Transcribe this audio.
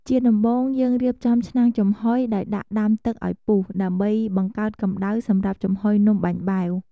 ជាដំបូង យើងរៀបចំឆ្នាំងចំហុយដោយដាក់ដាំទឹកឱ្យពុះ ដើម្បីបង្កើតកំដៅសម្រាប់ចំហុយនំបាញ់បែវ។